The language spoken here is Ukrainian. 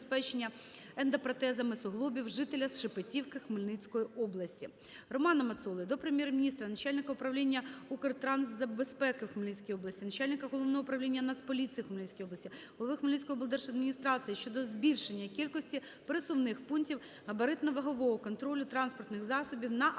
Романа Мацоли до Прем'єр-міністра, начальника Управління Укртрансбезпеки у Хмельницькій області, начальника Головного управління Нацполіції в Хмельницькій області, голови Хмельницької облдержадміністрації щодо збільшення кількості пересувних пунктів габаритно-вагового контролю транспортних засобів на